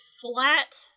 flat